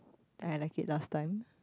I like it last time